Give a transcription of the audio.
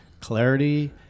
Clarity